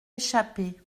échapper